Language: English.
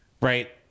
right